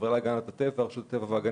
החברה להגנת הטבע וכולי,